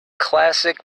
classic